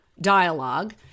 dialogue